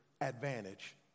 advantage